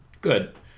Good